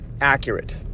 accurate